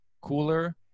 cooler